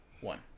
one